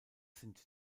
sind